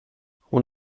hon